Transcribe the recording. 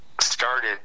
started